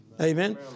Amen